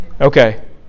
Okay